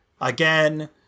again